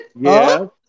Yes